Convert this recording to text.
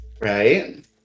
Right